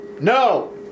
No